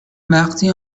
وقتی